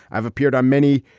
i've appeared on many,